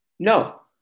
No